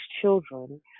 children